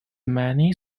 many